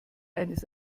eines